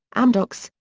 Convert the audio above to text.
amdocs,